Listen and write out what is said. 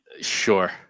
Sure